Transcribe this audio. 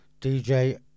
DJ